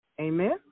Amen